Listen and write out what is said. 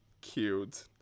cute